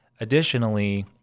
Additionally